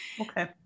okay